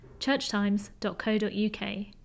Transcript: churchtimes.co.uk